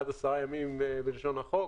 עד 10 ימים בלשון החוק.